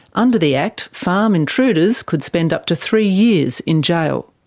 under the act, farm intruders could spend up to three years in jail.